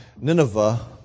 Nineveh